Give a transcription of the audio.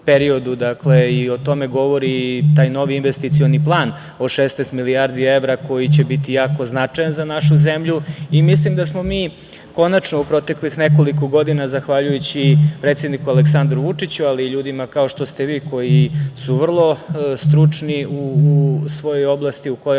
i o tome govori novi investicioni plan o 16 milijardi evra koji će biti jako značajan za našu zemlju. Mislim da smo mi konačno u proteklih nekoliko godina, zahvaljujući predsedniku Aleksandru Vučiću, ali i ljudima kao što ste vi, koji su vrlo stručni u svojoj oblasti u kojoj